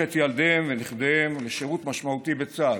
את ילדיהם ונכדיהם לשירות משמעותי בצה"ל.